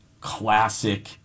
classic